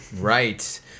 right